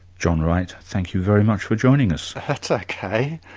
john wright, thank you very much for joining us. that's ok.